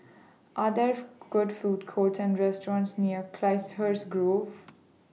Are There Good Food Courts Or restaurants near Chiselhurst Grove